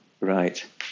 Right